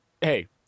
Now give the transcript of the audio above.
Hey